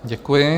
Děkuji.